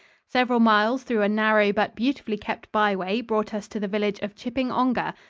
several miles through a narrow but beautifully kept byway brought us to the village of chipping-ongar,